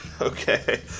okay